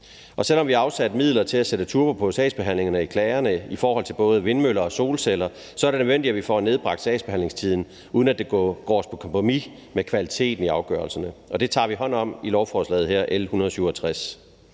Selv om vi afsatte midler til at sætte turbo på sagsbehandlingen af klagerne i forhold til både vindmøller og solceller, er det nødvendigt, at vi får nedbragt sagsbehandlingstiderne, uden at man går på kompromis med kvaliteten af afgørelserne, og det tager vi hånd om med lovforslaget her, L 167.